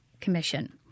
commission